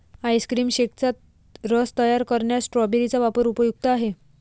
ice cream शेकचा रस तयार करण्यात स्ट्रॉबेरी चा वापर उपयुक्त आहे